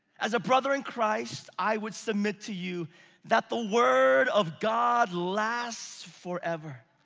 as a brother in christ, i would submit to you that the word of god lasts forever.